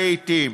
לעתים.